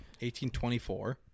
1824